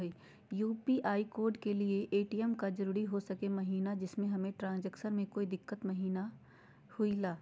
UPI code के लिए ATM का जरूरी हो सके महिना जिससे हमें ट्रांजैक्शन में कोई दिक्कत महिना हुई ला?